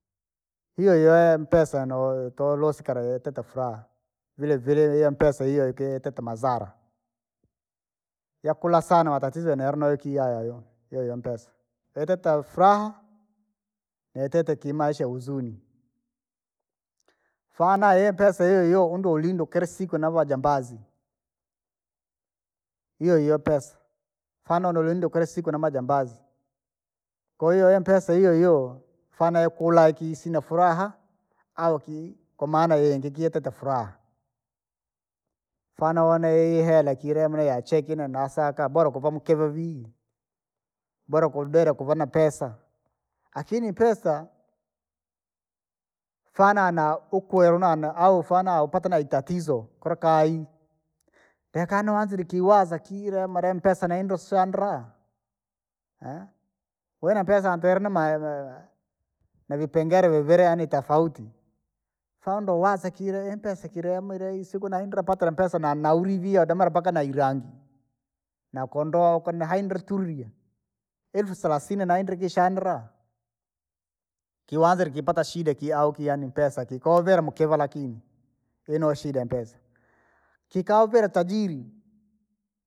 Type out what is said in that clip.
Hiyohiyo mpesa noyo tolusika rei tutafuraha, vilevile via mpesa iye iki mpeta mazara. Yakulasana matatizo yeneluno kiayayo, yoyo mpesa, yatite fraha! Yatite kimaisha huzuni, fana impesa hiyohiyo undolinda kilasiku navajambazi. Hiyohiyo pesa, fana nolinda ukilasiku na majambazi, kwahiyo mpesa hiyo hiyo, fana ukula ikisina furaha? Au ikii! Kwamana yiingi kieteta furaha, fana one ihela kilemune yacheki nini? Nasaka bora ukuwa mukive vii. Bora ukudera kuva na pesa, akini pesa, fanana na uku weru nana au fana upata na itatizo, kula kayi, lekana wanzire ikiwaza kila mara mpesa naenda uswandra! wena pesa antwele nama navipengele vevere yaani tafauti, fando uwaza ikile impesa ikile amile isiku naindra patala mpesa na- naurivia damara mpaka na irangi. Na kondoa uko naihindre tulia, elfu salasini naendra ikishandra, kiwanzire ikipata shida iki au kianimpesa ki, kovela mukivola ki, yino shida mpesa kikavela tajiri.